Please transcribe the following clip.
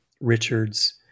Richard's